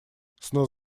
снос